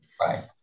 Right